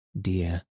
Dear